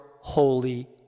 holy